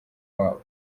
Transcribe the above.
wabo